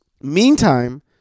Meantime